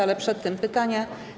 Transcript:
Ale przed tym pytania.